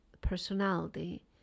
personality